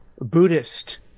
Buddhist